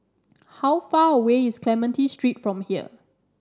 how far away is Clementi Street from here